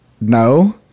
no